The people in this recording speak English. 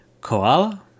Koala